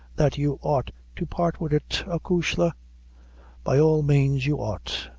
that you ought to part wid it, acushla by all means you ought.